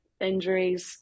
injuries